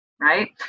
right